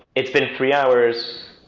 it's been three hours,